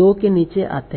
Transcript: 2 के निचे आते हैं